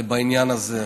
בעניין הזה.